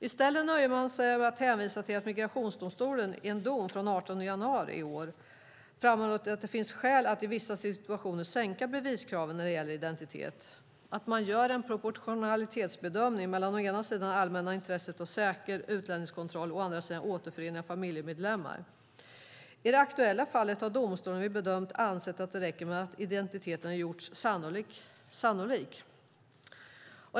I stället nöjer man sig med att hänvisa till att Migrationsöverdomstolen i en dom från den 18 januari i år framhållit att det finns skäl att i vissa situationer sänka beviskraven när det gäller identitet - att man gör en proportionalitetsbedömning mellan å ena sidan det allmänna intresset av säker utlänningskontroll och å andra sidan återförening av familjemedlemmar. I det aktuella fallet har domstolen vid bedömning ansett att det räcker med att identiteten har gjorts sannolik.